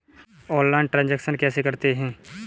Online transaction कैसे करते हैं?